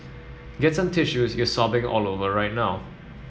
get some tissues you're sobbing all over right now